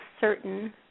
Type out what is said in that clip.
certain